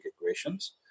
equations